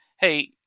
hey